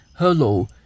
Hello